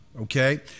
okay